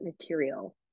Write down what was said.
material